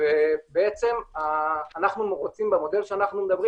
ובעצם אנחנו רוצים במודל שאנחנו מדברים